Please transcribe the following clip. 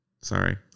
Sorry